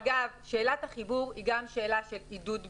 אגב, שאלת החיבור היא גם שאלה של עידוד ביקושים.